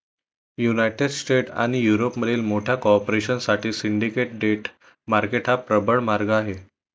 United States आणि युरोपमधील मोठ्या कॉर्पोरेशन साठी सिंडिकेट डेट मार्केट हा प्रबळ मार्ग आहे